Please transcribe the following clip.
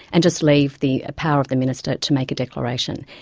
and just leave the a power of the minister to make a declaration.